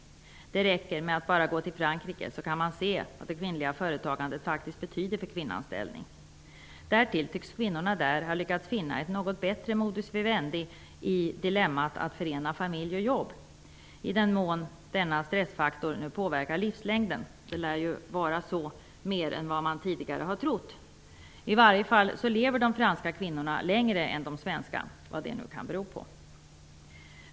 Det räcker med att bara gå till Frankrike, så kan man se vad det kvinnliga företagandet faktiskt betyder för kvinnans ställning. Därtill tycks kvinnorna där ha lyckats finna ett något bättre modus vivendi i dilemmat att förena familj och jobb, i den mån denna stressfaktor nu påverkar livslängden. Det lär ju vara så mer än man tidigare har trott. I varje fall lever de franska kvinnorna längre än de svenska, vad det nu kan bero på.